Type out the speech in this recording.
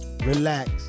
relax